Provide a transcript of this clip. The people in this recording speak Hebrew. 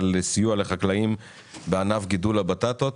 על סיוע לחקלאים בענף גידול הבטטות,